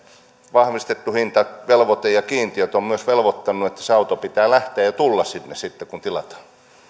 vahvistettu hinta velvoite ja kiintiöt ovat myös velvoittaneet että sen auton pitää lähteä ja tulla sinne kun tilataan